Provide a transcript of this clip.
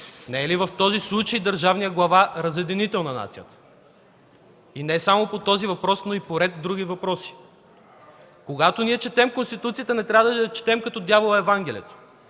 Не е ли в този случай държавният глава – разединител на нацията! И не само по този въпрос, но и по ред други въпроси. Когато ние четем Конституцията, не трябва да я четем, както дяволът – Евангелието.